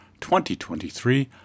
2023